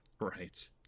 Right